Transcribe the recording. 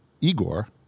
Igor